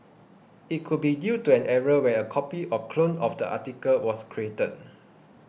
it could be due to an error where a copy or clone of the article was created